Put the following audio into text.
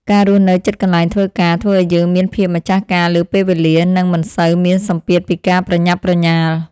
ការរស់នៅជិតកន្លែងធ្វើការធ្វើឱ្យយើងមានភាពម្ចាស់ការលើពេលវេលា និងមិនសូវមានសម្ពាធពីការប្រញាប់ប្រញាល់។